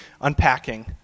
unpacking